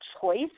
choice